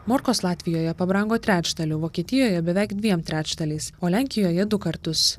morkos latvijoje pabrango trečdaliu vokietijoje beveik dviem trečdaliais o lenkijoje du kartus